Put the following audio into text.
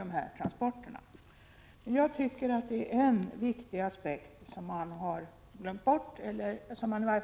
armarna i kors i det avseendet.